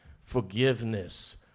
forgiveness